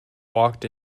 walked